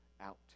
out